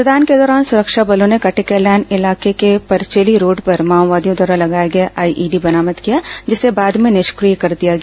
मतदान के दौरान सुरक्षा बलों ने कटेकल्याण इलाके में परचेली रोड पर माओवादियों द्वारा लगाया गया आईईडी बरामद किया जिसे बाद में निष्क्रिय कर दिया गया